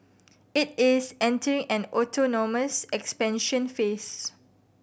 it is entering an autonomous expansion phase